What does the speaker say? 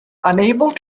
unable